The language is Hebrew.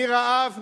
מרעב,